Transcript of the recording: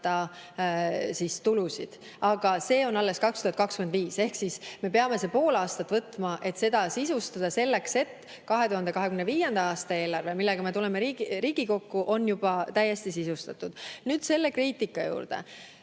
tulusid, aga see [tuleb] 2025. Me peame see pool aastat võtma, et seda sisustada, selleks et 2025. aasta eelarve, millega me tuleme Riigikokku, oleks juba [täielikult] sisustatud. Nüüd selle kriitika juurde.